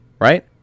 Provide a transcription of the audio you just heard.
right